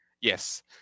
Yes